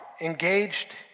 engaged